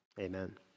Amen